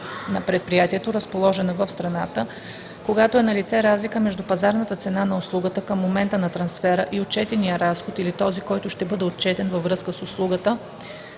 на предприятието, разположена в страната, когато е налице разлика между пазарната цена на услугата към момента на трансфера и отчетения разход или този, който ще бъде отчетен във връзка с услугата,